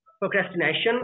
procrastination